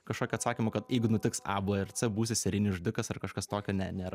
kažkokio atsakymo kad jeigu nutiks a b ir c būsi serijinis žudikas ar kažkas tokio ne nėra